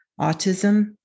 autism